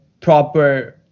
proper